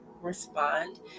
respond